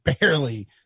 barely